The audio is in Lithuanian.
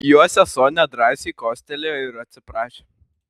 jo sesuo nedrąsai kostelėjo ir atsiprašė